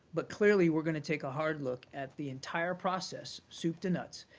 but clearly, we're going to take a hard look at the entire process soup to nuts.